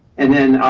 and then